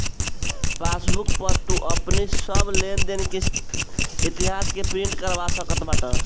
passbook पअ तू अपनी सब लेनदेन के इतिहास के प्रिंट करवा सकत बाटअ